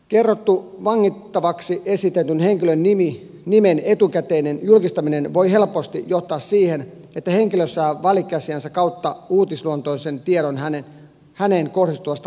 kerrottu vangittavaksi esitetyn henkilön nimen etukäteinen julkistaminen voi helposti johtaa siihen että henkilö saa välikäsiensä kautta uutisluontoisen tiedon häneen kohdistuvasta rikostutkinnasta